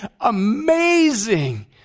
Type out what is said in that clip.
amazing